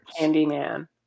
Candyman